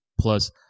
plus